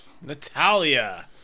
Natalia